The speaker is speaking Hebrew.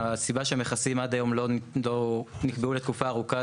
הסיבה שבגללה מכסים לא נקבעו לתקופה ארוכה,